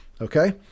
okay